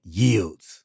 yields